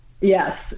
Yes